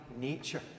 nature